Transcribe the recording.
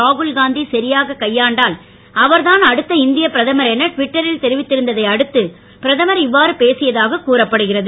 ராகுல்காந்தி சரியாக கையாண்டால் அவர் தான் அடுத்த இந்திய பிரதமர் என டுவிட்டரில் தெரிவித்து இருந்ததை அடுத்து பிரதமர் இவ்வாறு பேசியதாக கூறப்படுகிறது